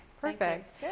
Perfect